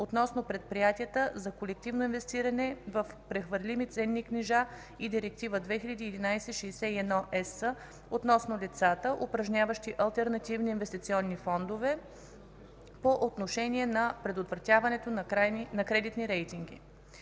относно предприятията за колективно инвестиране в прехвърлим ценни книжа и Директива 2011/61/ЕС относно лицата, управляващи алтернативни инвестиционни фондове, по отношение на предоверяването на кредитни рейтинга.